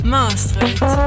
Maastricht